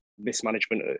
mismanagement